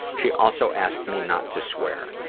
she also asked me not to swear.